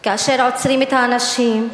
כאשר עוצרים את האנשים,